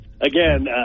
Again